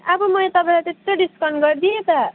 अब मैले तपाईँलाई त्यत्रो डिस्काउन्ट गरिदिएँ त